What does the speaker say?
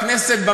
הכנסת,